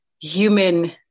human